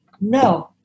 no